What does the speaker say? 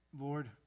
Lord